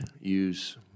use